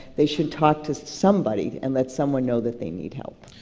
they should talk to somebody and let someone know that they need help.